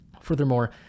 Furthermore